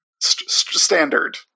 Standard